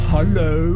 Hello